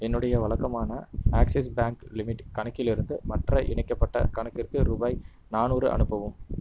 என்னுடைய வழக்கமான Axis Bank limit கணக்கிலிருந்து மற்ற இணைக்கப்பட்ட கணக்கிற்கு ரூபாய் நானூறு அனுப்பவும்